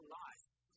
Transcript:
life